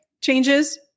changes